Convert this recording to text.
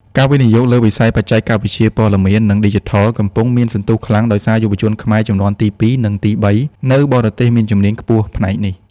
ការវិនិយោគលើវិស័យបច្ចេកវិទ្យាព័ត៌មាន និងឌីជីថល កំពុងមានសន្ទុះខ្លាំង ដោយសារយុវជនខ្មែរជំនាន់ទី ២ និងទី ៣ នៅបរទេសមានជំនាញខ្ពស់ផ្នែកនេះ។